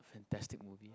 fantastic movie